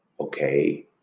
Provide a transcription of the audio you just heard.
okay